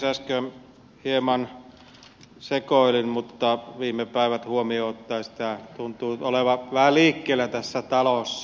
äsken hieman sekoilin mutta viime päivät huomioon ottaen sitä tuntuu nyt olevan vähän liikkeellä tässä talossa